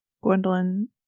Gwendolyn